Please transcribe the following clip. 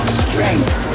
strength